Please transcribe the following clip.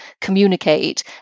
communicate